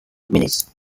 minutes